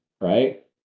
Right